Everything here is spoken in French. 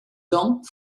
dents